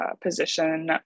position